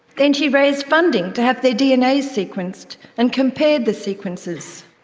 then she raised funding to have their dnas sequenced, and compared the sequences.